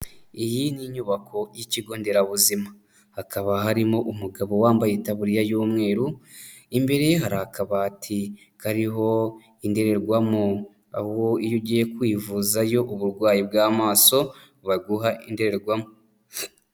Iyi ni inyubako y'ikigo nderabuzima, hakaba harimo umugabo wambaye itaburiya y'umweru. Imbere hari akabati kariho indorerwamo. Iyo ugiye kwivuzayo uburwayi bw'amaso, baguha indorerwamo.